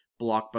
blockbuster